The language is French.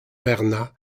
bernat